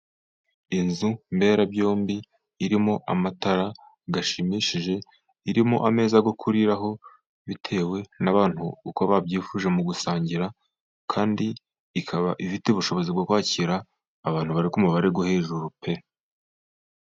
Inzu mberabyombi irimo amatara ashimishije, irimo ameza yo kuriraho bitewe n'abantu uko babyifuje mu gusangira, kandi ikaba ifite ubushobozi bwo kwakira abantu bari ku mubare wo hejuru pe.